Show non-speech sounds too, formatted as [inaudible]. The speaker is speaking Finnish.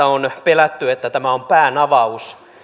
[unintelligible] on pelätty että tämä on päänavaus